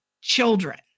children